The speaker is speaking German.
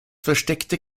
versteckte